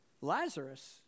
Lazarus